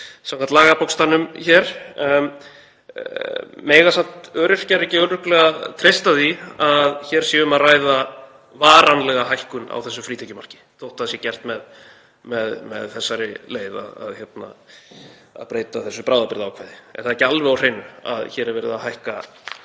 samkvæmt lagabókstafnum, hvort öryrkjar megi ekki örugglega treysta því að hér sé um að ræða varanlega hækkun á þessu frítekjumarki þótt það sé gert með þessari leið að breyta þessu bráðabirgðaákvæði. Er ekki alveg á hreinu að hér sé verið að hækka